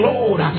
Lord